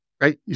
right